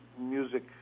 music